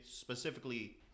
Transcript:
specifically